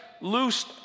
loose